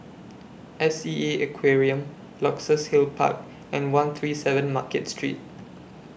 S E A Aquarium Luxus Hill Park and one three seven Market Street